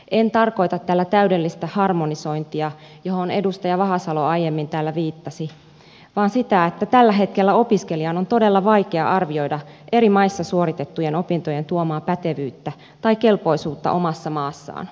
en tarkoita tällä täydellistä harmonisointia johon edustaja vahasalo aiemmin täällä viittasi vaan sitä että tällä hetkellä opiskelijan on todella vaikea arvioida eri maissa suoritettujen opintojen tuomaa pätevyyttä tai kelpoisuutta omassa maassaan